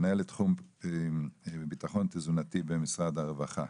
מנהלת תחום ביטחון תזונתי במשרד הרווחה.